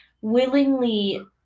willingly